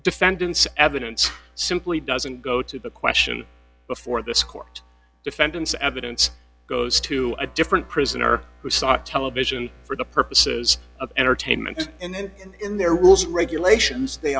defendants evidence simply doesn't go to the question before this court defendant's evidence goes to a different prisoner who saw television for the purposes of entertainment and in their rules regulations they